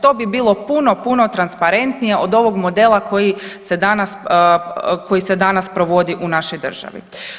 To bi bilo puno, puno transparentnije od ovog modela koji se danas, koji se danas provodi u našoj državi.